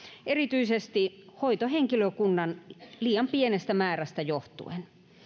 erityisesti hoitohenkilökunnan liian pienestä määrästä johtuen